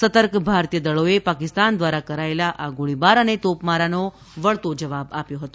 સતર્ક ભારતીય દળોએ પાકિસ્તાન દ્વારા કરાયેલા આ ગોળીબાર અને તોપમારાનો વળતો જવાબ આપ્યો હતો